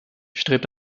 strebt